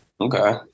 okay